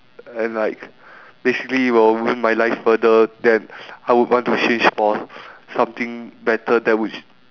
and like basically will ruin my life further then I would want to change for something better that would